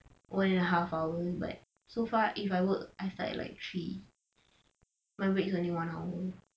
one and a half hour but so far if I work I start at like three my break is only one hour